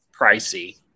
pricey